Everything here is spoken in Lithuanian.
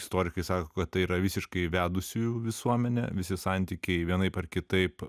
istorikai sako kad tai yra visiškai vedusiųjų visuomenė visi santykiai vienaip ar kitaip